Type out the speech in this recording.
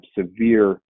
severe